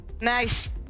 Nice